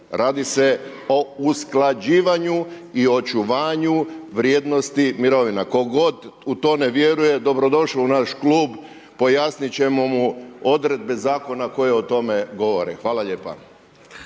Radi se o usklađivanju i očuvanju vrijednosti mirovina. Tko god u to ne vjeruje, dobrodošao u naš klub, pojasniti ćemo mu odredbe zakona koje o tome govore. Hvala lijepo.